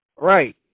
Right